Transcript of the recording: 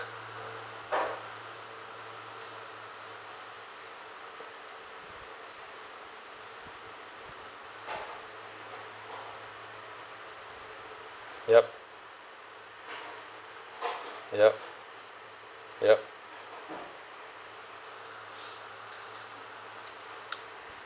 yup yup yup